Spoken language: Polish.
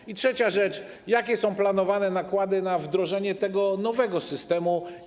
I trzecia rzecz: Jakie są planowane nakłady na wdrożenie tego nowego systemu?